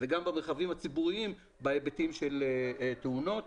וגם במרחבים הציבוריים בהיבטים של תאונות.